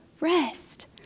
rest